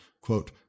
quote